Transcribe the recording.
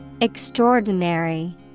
Extraordinary